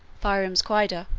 thrym's quida,